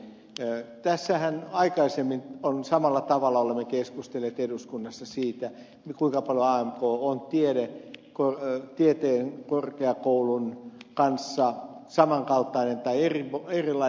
tässähän aikaisemmin olemme samalla tavalla keskustelleet eduskunnassa siitä kuinka paljon amk on tiedekorkeakoulun kanssa saman kaltainen tai erilainen